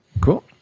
Cool